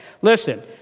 Listen